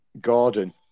Gordon